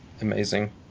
amazing